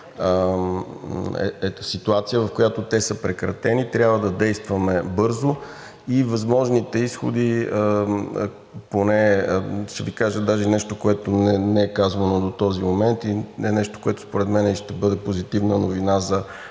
ситуация, в която те са прекратени и трябва да действаме бързо. Ще Ви кажа даже и нещо, което не е казвано до този момент, и е нещо, което според мен ще бъде позитивна новина за